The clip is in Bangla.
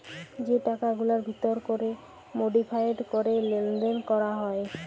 যে টাকাগুলার ভিতর ক্যরে মডিফায়েড ক্যরে লেলদেল ক্যরা হ্যয়